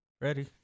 ready